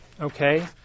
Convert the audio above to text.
okay